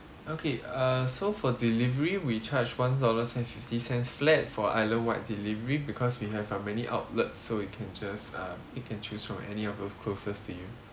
okay uh so for delivery we charge one dollars and fifty cents flat for island wide delivery because we have uh many outlets so you can just uh pick and choose from any of those closest to you